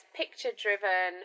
picture-driven